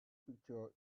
picture